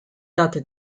date